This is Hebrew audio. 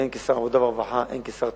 הן כשר העבודה והרווחה והן כשר התמ"ת,